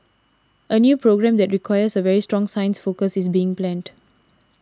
a new programme that requires a very strong science focus is being planned